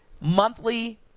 monthly